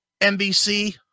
NBC